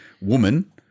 woman